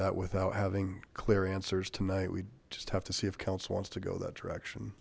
that without having clear answers tonight we just have to see if council wants to go that direction